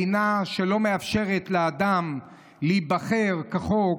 מדינה שלא מאפשרת לאדם להיבחר כחוק,